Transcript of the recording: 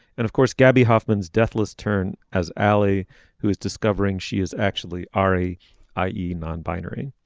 and of course gaby hoffman's deathless turn has allie who is discovering she is actually ari i e. non binary.